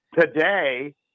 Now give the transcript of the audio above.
Today